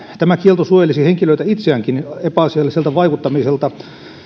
tämä kielto suojelisi henkilöitä itseäänkin epäasialliselta vaikuttamiselta